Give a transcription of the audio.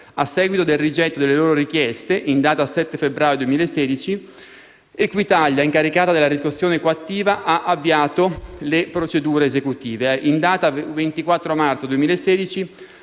A seguito del rigetto delle loro richieste, in data 7 febbraio 2016, Equitalia, incaricata della riscossione coattiva, ha avviato le procedure esecutive. In data 24 marzo 2016,